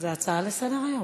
זו הצעה לסדר-היום.